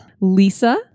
Lisa